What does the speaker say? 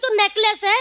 but neck less. ah